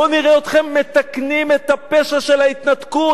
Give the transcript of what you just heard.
בואו נראה אתכם מתקנים את הפשע של ההתנתקות,